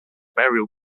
burial